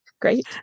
Great